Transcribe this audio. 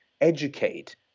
educate